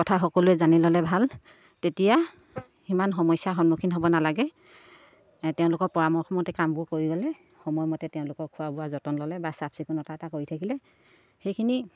কথা সকলোৱে জানি ল'লে ভাল তেতিয়া সিমান সমস্যাৰ সন্মুখীন হ'ব নালাগে তেওঁলোকৰ পৰামৰ্শমতে কামবোৰ কৰি গ'লে সময়মতে তেওঁলোকক খোৱা বোৱা যতন ল'লে বা চাফ চিকুণতা এটা কৰি থাকিলে সেইখিনি